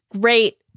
Great